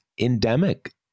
endemic